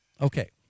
Okay